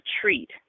treat